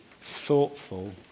thoughtful